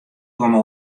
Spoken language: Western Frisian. komme